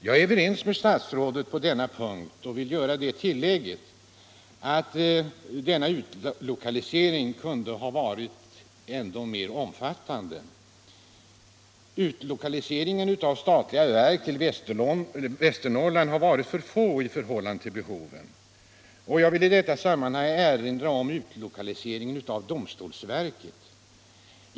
Jag är överens med statsrådet på denna punkt men vill göra det tillägget att denna utlokalisering kunde ha varit ännu mer omfattande. Utlokaliseringen av statliga verk till Västernorrland har varit för liten i förhållande till behoven. Jag vill i detta sammanhang erinra om utlokaliseringen av domstolsverket.